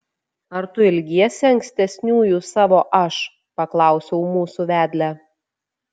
ar tu ilgiesi ankstesniųjų savo aš paklausiau mūsų vedlę